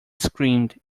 screamed